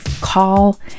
call